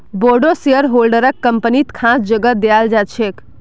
बोरो शेयरहोल्डरक कम्पनीत खास जगह दयाल जा छेक